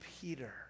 Peter